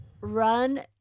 run